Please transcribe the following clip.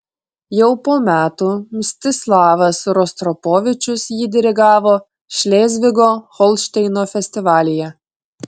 jau po metų mstislavas rostropovičius jį dirigavo šlėzvigo holšteino festivalyje